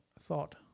thought